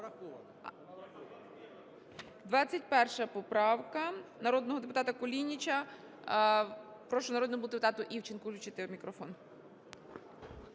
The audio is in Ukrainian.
21 поправка народного депутата Кулініча. Прошу народному депутату Івченку включити мікрофон.